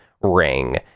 ring